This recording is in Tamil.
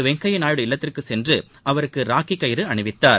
வெங்கையா நாயுடு இல்லத்திற்கு சென்று அவருக்கு ராக்கி கயிறு அணிவித்தார்